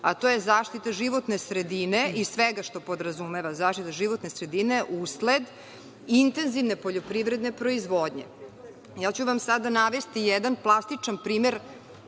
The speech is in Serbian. a to je zaštita životne sredine i svega što podrazumeva zaštitu životne sredine usled intenzivne poljoprivredne proizvodnje. Sada ću vam navesti jedan plastičan primer,